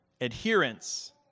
adherence